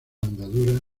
andadura